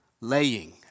laying